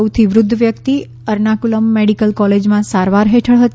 સૌથી વૃદ્ધ વ્યક્તિ એર્નાકુલમ મેડિકલ કોલેજમાં સારવાર હેઠળ હતા